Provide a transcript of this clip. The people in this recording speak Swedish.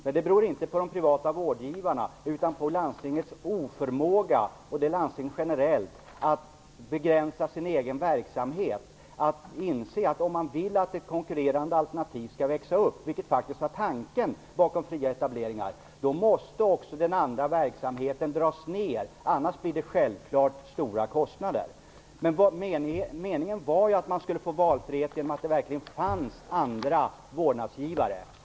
Men det beror inte på de privata vårdgivarna utan på landstingets oförmåga - det gäller landstinget generellt - att begränsa sin egen verksamhet. Man måste inse att om man vill att ett konkurrerande alternativ skall växa upp, vilket faktiskt var tanken med de fria etableringarna, måste också den andra verksamheten dras ner. I annat fall blir det självfallet stora kostnader. Meningen var att man skulle få valfrihet genom att det verkligen skulle finnas andra vårdnadsgivare.